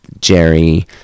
Jerry